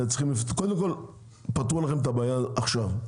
קודם כל פתרו לכם את הבעיה עכשיו,